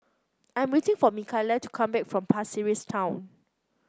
I'm waiting for Mikaela to come back from Pasir Ris Town